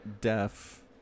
deaf